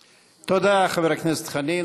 תודה, חבר הכנסת חנין.